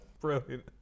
Brilliant